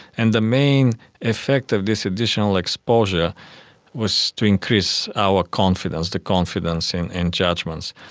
and the main effect of this additional exposure was to increase our confidence, the confidence in in judgements.